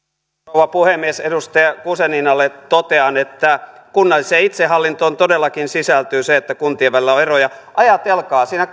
rouva puhemies edustaja guzeninalle totean että kunnalliseen itsehallintoon todellakin sisältyy se että kuntien välillä on eroja ajatelkaa siinä